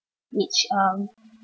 which um